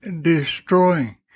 Destroying